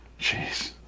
jeez